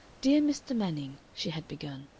dear mr. manning, she had begun.